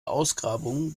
ausgrabungen